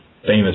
famous